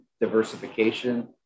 diversification